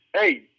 hey